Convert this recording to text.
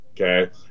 okay